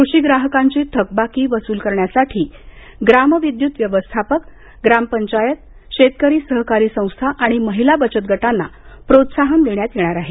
कृषी ग्राहकांची थकबाकी वसूल करण्यासाठी ग्राम विद्युत व्यवस्थापक ग्रामपंचायत शेतकरी सहकारी संस्था आणि महिला बचत गटांना प्रोत्साहन देण्यात येणार आहे